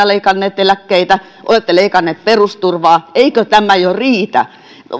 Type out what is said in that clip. leikanneet eläkkeitä olette leikanneet perusturvaa eikö tämä jo riitä